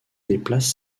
déplace